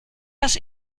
das